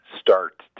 start